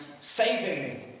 saving